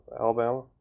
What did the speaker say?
Alabama